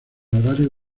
horario